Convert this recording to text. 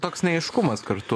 toks neaiškumas kartu